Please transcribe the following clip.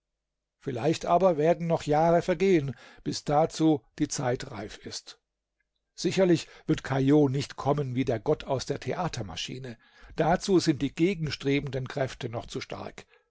vielleicht aber werden noch jahre vergehen bis dazu die zeit reif ist sicherlich wird caillaux nicht kommen wie der gott aus der theatermaschine dazu sind die gegenstrebenden kräfte noch zu stark